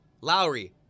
Lowry